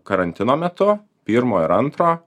karantino metu pirmojo ir antro